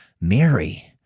Mary